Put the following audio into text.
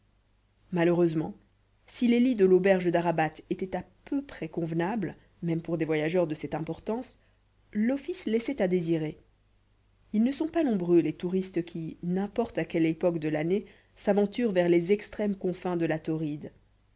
malheureusement si les lits de l'auberge d'arabat étaient à peu près convenables même pour des voyageurs de cette importance l'office laissait à désirer ils ne sont pas nombreux les touristes qui n'importe à quelle époque de l'année s'aventurent vers les extrêmes confins de la tauride